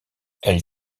elle